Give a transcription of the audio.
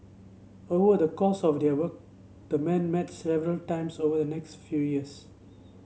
over the course of their work the man met several times over the next few years